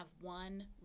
one